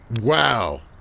Wow